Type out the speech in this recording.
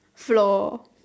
floor